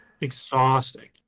exhausting